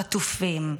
חטופים,